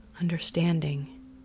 understanding